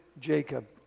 Jacob